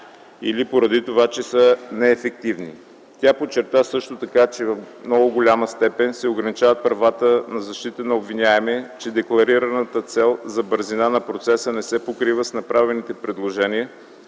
или поради това, че са неефективни. Тя подчерта също така, че в много голяма степен се ограничават правата на защитата на обвиняемия, че декларираната цел за бързина на процеса не се покрива с направените предложения,